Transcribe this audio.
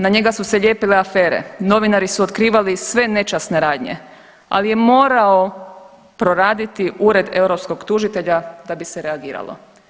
Na njega su se lijepile afere, novinari su otkrivali sve nečasne radnje, ali je morao proraditi Ured europskog tužitelja da bi se reagiralo.